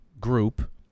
group